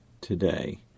today